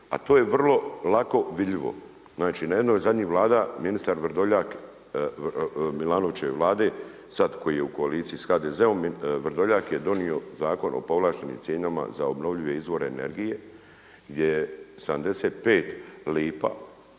a to je vrlo lako vidljivo. Znači na jednoj od zadnjih Vlada ministar Vrdoljak Milanovićeve vlade, sada koji je u koaliciji sa HDZ-om Vrdoljak je donio zakon o povlaštenim cijenama za obnovljive izvore energije gdje je 75 lipa